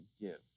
give